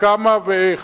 כמה ואיך.